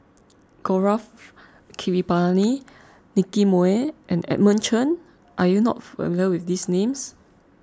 Gaurav Kripalani Nicky Moey and Edmund Chen are you not familiar with these names